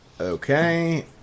Okay